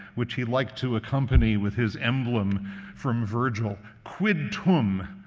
which he liked to accompany with his emblem from virgil quid tum?